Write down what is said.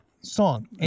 song